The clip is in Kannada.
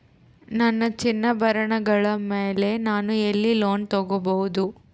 ನನ್ನ ಚಿನ್ನಾಭರಣಗಳ ಮೇಲೆ ನಾನು ಎಲ್ಲಿ ಲೋನ್ ತೊಗೊಬಹುದು?